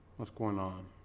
what's going on